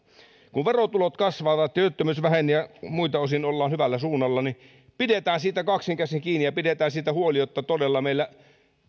kun verotulot kasvavat työttömyys vähenee ja muilta osin ollaan hyvällä suunnalla niin pidetään siitä kaksin käsin kiinni ja pidetään siitä huoli että todella meillä